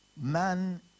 man